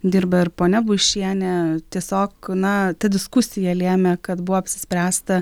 dirba ir ponia buišienė tiesiog na ta diskusija lėmė kad buvo apsispręsta